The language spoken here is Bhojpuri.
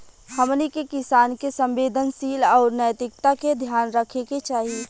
हमनी के किसान के संवेदनशीलता आउर नैतिकता के ध्यान रखे के चाही